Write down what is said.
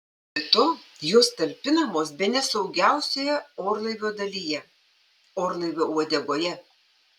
be to jos talpinamos bene saugiausioje orlaivio dalyje orlaivio uodegoje